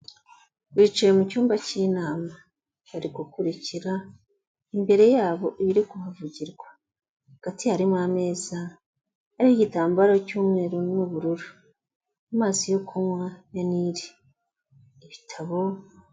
Bicaye mu cyumba k'inama bari gukurikira imbere yabo ibiri kuhavugirwa, hagati harimo ameza ariho igitambaro cy'umweru n'ubururuamazi yo kunywa ya Nile, ibitabo.